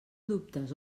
dubtes